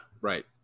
right